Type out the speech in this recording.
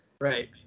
Right